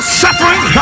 suffering